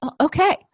okay